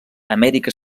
amèrica